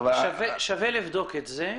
שווה לבדוק את זה.